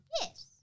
Yes